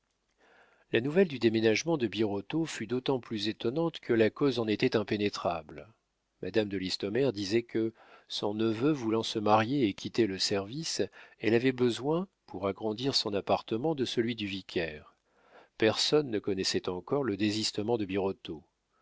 la nouvelle du déménagement de birotteau fut d'autant plus étonnante que la cause en était impénétrable madame de listomère disait que son neveu voulant se marier et quitter le service elle avait besoin pour agrandir son appartement de celui du vicaire personne ne connaissait encore le désistement de